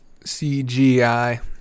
CGI